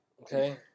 Okay